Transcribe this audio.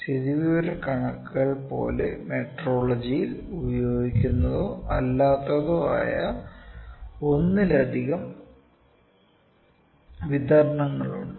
സ്ഥിതിവിവരക്കണക്കുകൾ പോലെ മെട്രോളജിയിൽ ഉപയോഗിക്കുന്നതോ അല്ലാത്തതോ ആയ ഒന്നിലധികം വിതരണങ്ങളുണ്ട്